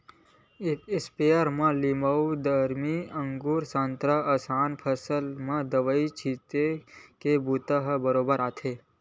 sprayer म लीमउ, दरमी, अगुर, संतरा असन फसल म दवई छिते के बूता बरोबर आथे